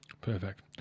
Perfect